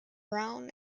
brown